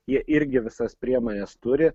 jie irgi visas priemones turi